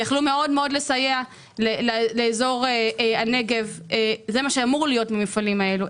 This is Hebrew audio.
יכלו לסייע לאזור הנגב זה מה שאמור להיות מהמפעלים האלה.